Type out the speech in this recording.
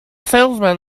salesman